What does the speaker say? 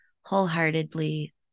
wholeheartedly